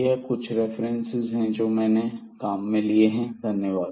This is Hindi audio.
यह कुछ रेफरेंसेस हैं धन्यवाद